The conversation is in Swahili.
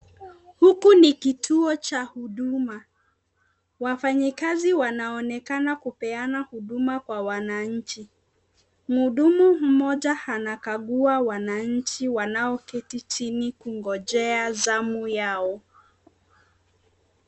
Huku ni kituo cha huduma. Wafanyikazi wanaonekana kupeana huduma Kwa wananchi. Mhudumu mmoja anawakagua wananchi wanao keti chini kungojea zamu yao.